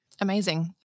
Amazing